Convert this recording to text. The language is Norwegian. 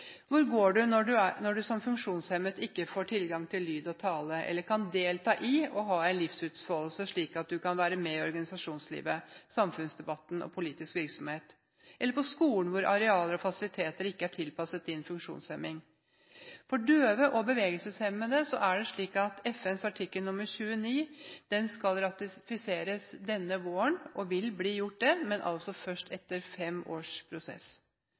Hvor går du når du som funksjonshemmet ikke får tilgang til lyd og tale, slik at du kan ha en livsutfoldelse, at du kan være med i organisasjonslivet, samfunnsdebatten og politisk virksomhet – eller på skolen, hvor arealer og fasiliteter ikke er tilpasset din funksjonshemning? For døve og bevegelseshemmede er det slik at FNs konvensjon om rettighetene til personer med nedsatt funksjonsevne, artikkel 29, skal ratifiseres denne våren – det vil bli gjort, men altså først etter fem års prosess.